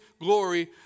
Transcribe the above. glory